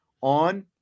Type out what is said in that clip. on